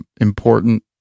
important